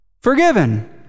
Forgiven